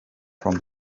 from